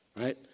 right